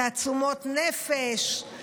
תעצומות נפש,